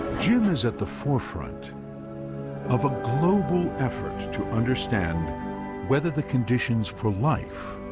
jim is at the forefront of a global effort to understand whether the conditions for life